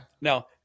Now